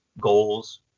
goals